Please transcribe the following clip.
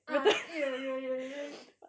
ah ye ye ye ye ye